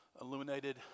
illuminated